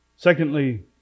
Secondly